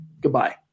Goodbye